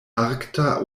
arkta